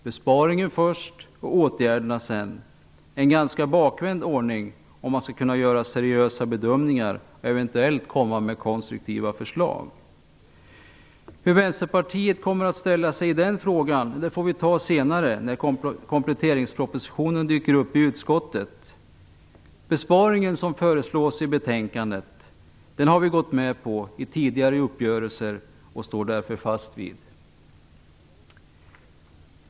Besparingen först och åtgärderna sedan - en ganska bakvänd ordning om man skall kunna göra seriösa bedömningar och eventuellt komma med konstruktiva förslag. Hur Vänsterpartiet kommer att ställa sig i den frågan får vi ta senare, när kompletteringspropositionen dyker upp i utskottet. Besparingen som föreslås i betänkandet har vi gått med på i tidigare uppgörelser och står därför fast vid den.